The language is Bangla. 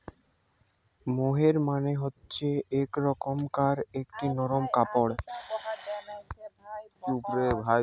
মোহের মানে হচ্ছে এক রকমকার একটি নরম কাপড়